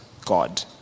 God